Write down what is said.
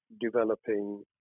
developing